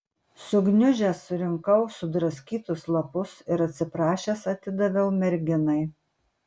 sugniužęs surinkau sudraskytus lapus ir atsiprašęs atidaviau merginai